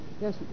Yes